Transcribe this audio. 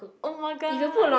oh-my-god